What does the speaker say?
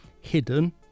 Hidden